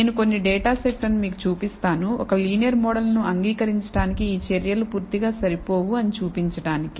నేను కొన్ని డేటా సెట్ను మీకు చూపిస్తాను ఒక లీనియర్ మోడల్ ను అంగీకరించడానికి ఈ చర్యలు పూర్తిగా సరిపోవు అని చూపించడానికి